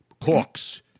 cooks